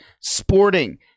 Sporting